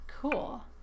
Cool